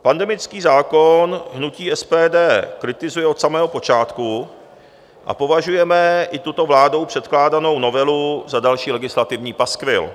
Pandemický zákon hnutí SPD kritizuje od samého počátku a považujeme i tuto vládou předkládanou novelu za další legislativní paskvil.